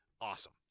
Awesome